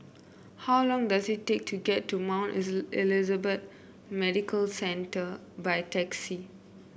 how long does it take to get to Mount Elizabeth Medical Centre by taxi